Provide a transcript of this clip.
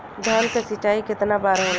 धान क सिंचाई कितना बार होला?